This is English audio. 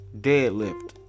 Deadlift